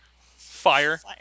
Fire